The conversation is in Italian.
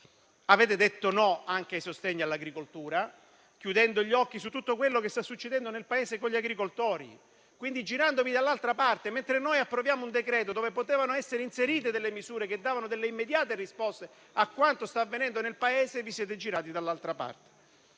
Avete detto di no anche ai sostegni all'agricoltura, chiudendo gli occhi su tutto quello che sta succedendo nel Paese con gli agricoltori e girandovi dall'altra parte. Mentre si sta per approvare un decreto-legge in cui si sarebbero potute inserire misure che avrebbero dato immediate risposte a quanto sta avvenendo nel Paese, vi siete girati dall'altra parte.